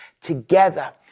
together